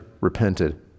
repented